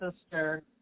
sister